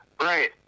Right